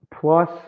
plus